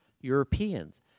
Europeans